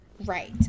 Right